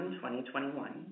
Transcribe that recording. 2021